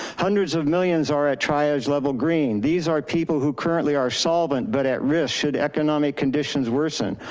hundreds of millions are at triage level green. these are people who currently are solvent, but at risk should economic conditions worsen.